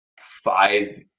five